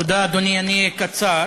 תודה, אדוני, אני אהיה קצר.